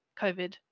COVID